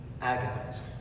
agonizing